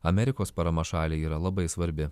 amerikos parama šaliai yra labai svarbi